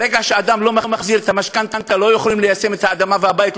ברגע שאדם לא מחזיר את המשכנתה לא יכולים ליישם את האדמה והבית,